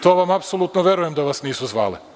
To vam apsolutno verujem da vas nisu zvale.